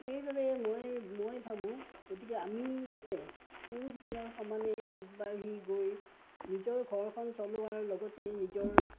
সেইবাবে মই মই ভাবোঁ গতিকে আমিও যাতে পুৰুষজনৰ সমানেই আগবাঢ়ি গৈ নিজৰ ঘৰখন চলোৱাৰ লগতে নিজৰ